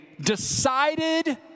decided